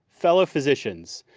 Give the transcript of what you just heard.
fellow physicians,